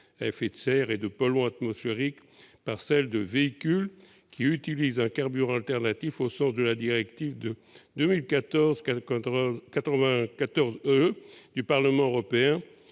à effet de serre et de polluants atmosphériques » par celle de véhicules « qui utilisent un carburant alternatif tel que défini par la directive 2014/94/UE du Parlement européen